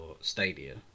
Stadia